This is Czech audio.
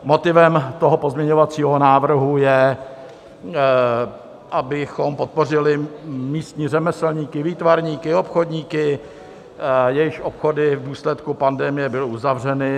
Motivem toho pozměňovacího návrhu je, abychom podpořili místní řemeslníky, výtvarníky, obchodníky, jejichž obchody v důsledku pandemie byly uzavřeny.